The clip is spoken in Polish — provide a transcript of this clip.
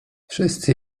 wszyscy